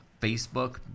Facebook